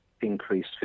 increased